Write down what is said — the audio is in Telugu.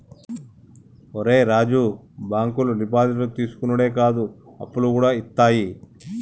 ఒరే రాజూ, బాంకులు డిపాజిట్లు తీసుకునుడే కాదు, అప్పులుగూడ ఇత్తయి